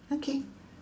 okay